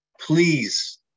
Please